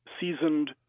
seasoned